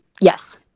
yes